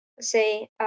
say